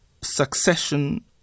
Succession